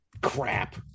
crap